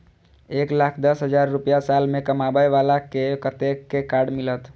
एक लाख दस हजार रुपया साल में कमाबै बाला के कतेक के कार्ड मिलत?